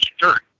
dirt